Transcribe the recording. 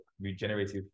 regenerative